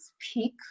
speak